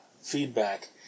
feedback